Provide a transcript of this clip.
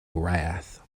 wrath